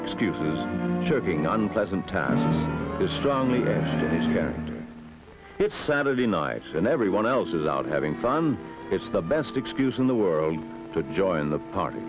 excuses checking unpleasant time is strongly it's saturday nights and everyone else is out having fun it's the best excuse in the world to join the party